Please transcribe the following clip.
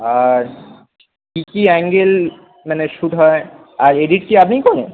আর কী কী অ্যাঙ্গেল মানে শ্যুট হয় আর এডিট কি আপনিই করেন